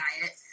diet